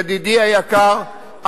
ידידי היקר,